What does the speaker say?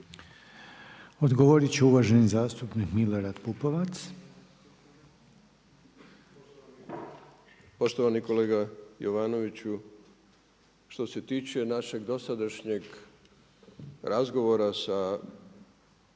Odgovoriti će uvaženi zastupnik Milorad Pupovac. **Pupovac, Milorad (SDSS)** Poštovani kolega Jovanoviću, što se tiče našeg dosadašnjeg razgovara sa